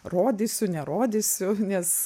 rodysiu nerodysiu nes